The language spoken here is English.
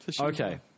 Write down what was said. okay